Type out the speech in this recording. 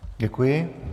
Děkuji.